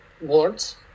words